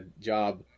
job